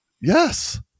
Yes